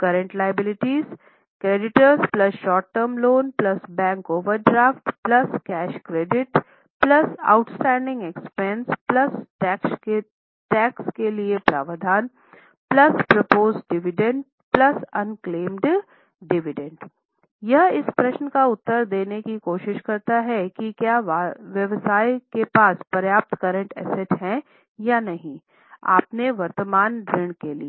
current liability creditors short term loan bank overdraft cash credit outstanding expense tax के लिए प्रावधान proposed dividend unclaimed dividend यह इस प्रश्न का उत्तर देने की कोशिश करता है कि क्या व्यवसाय के पास पर्याप्त करंट एसेट है या नहीं अपने वर्तमान ऋण के लिए